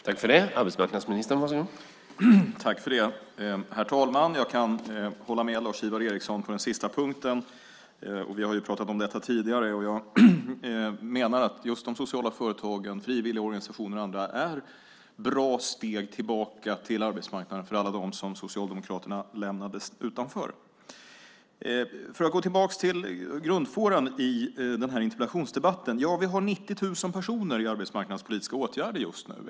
Herr talman! Jag håller med Lars-Ivar Ericson på den sista punkten. Vi har pratat om detta tidigare. Jag menar att de sociala företagen, frivilligorganisationer och andra är bra steg tillbaka till arbetsmarknaden för alla dem som Socialdemokraterna lämnade utanför. Låt oss gå tillbaka till grundfåran i denna interpellationsdebatt. Vi har 90 000 personer i arbetsmarknadspolitiska åtgärder just nu.